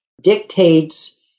dictates